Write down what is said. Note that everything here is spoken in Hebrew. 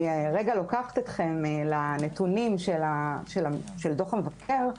אני רגע לוקחת אתכם לנתונים של דוח המבקר,